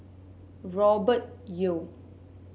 Robert Yeo